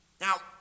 Now